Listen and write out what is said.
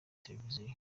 televiziyo